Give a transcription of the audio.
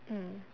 mm